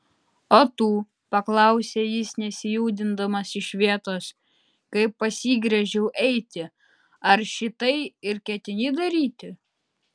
o tu paklausė jis nesijudindamas iš vietos kai pasigręžiau eiti ar šitai ir ketini daryti